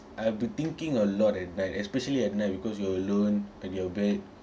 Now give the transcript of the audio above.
I have to thinking a lot at night especially at night because you're alone at your bed